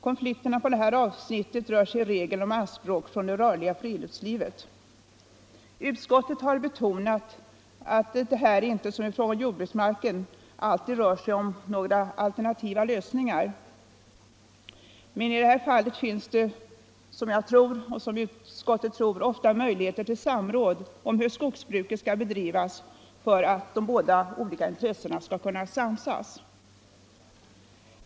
Konflikterna på det här avsnittet rör sig i regel om anspråk från det rörliga friluftslivet. Utskottet har betonat att det här inte — som i fråga om jordbruksmarken — alltid rör sig om alternativa lösningar. Men det finns — som jag och även utskottet tror — ofta möjligheter till samråd om hur skogsbruket skall bedrivas så att båda intressena kan samsas.